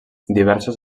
diversos